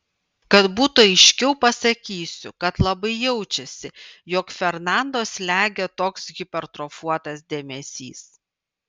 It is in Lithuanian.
kad būtų aiškiau pasakysiu kad labai jaučiasi jog fernando slegia toks hipertrofuotas dėmesys